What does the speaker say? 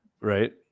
right